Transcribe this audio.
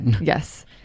Yes